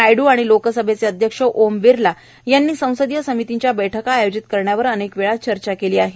नायडू आणि लोकसभेचे अध्यक्ष ओम बिर्ला यांनी संसदीय समितींच्या बैठका आयोजित करण्यावर अनेकवेळा चर्चा केली आहे